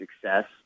success